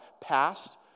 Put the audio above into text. Past